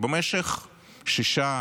במשך שישה,